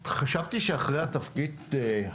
חשבתי מה אני אמור לעשות אחרי התפקיד הקודם,